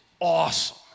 awesome